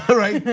right?